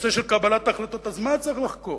בנושא של קבלת החלטות, מה צריך לחקור?